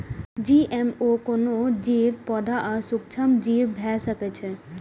GMO कोनो जीव, पौधा आ सूक्ष्मजीव भए सकै छै